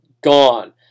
gone